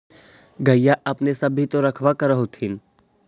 गईया अपने सब भी तो रखबा कर होत्थिन?